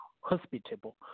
hospitable